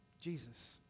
Jesus